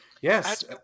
Yes